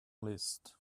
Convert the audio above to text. list